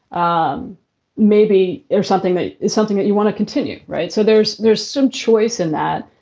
um maybe there's something that is something that you want to continue. right. so there's there's some choice in that.